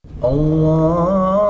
Allah